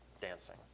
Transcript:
dancing